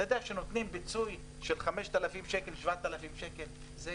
נותנים פיצוי של 5,000 7,000 שקל, וזו